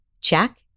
check